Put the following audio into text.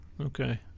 Okay